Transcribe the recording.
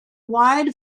wide